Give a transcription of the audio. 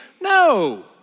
No